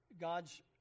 God's